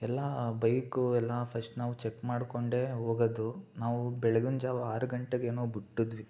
ಎಲ್ಲ ಬೈಕು ಎಲ್ಲ ಫಸ್ಟ್ ನಾವು ಚಕ್ ಮಾಡ್ಕೊಂಡೇ ಹೋಗೋದು ನಾವು ಬೆಳಗಿನ ಜಾವ ಆರು ಗಂಟೆಗೇನೋ ಬಿಟ್ಟಿದ್ವಿ